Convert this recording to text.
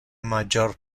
major